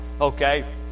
Okay